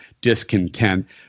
discontent